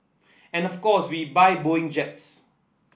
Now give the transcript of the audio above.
and of course we buy Boeing jets